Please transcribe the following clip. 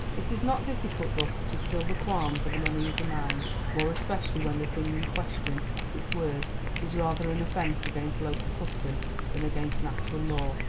it is not difficult thus to still the qualms of an uneasy mind, more especially when the thing in question at its worst is rather an offence against local custom than against natural law.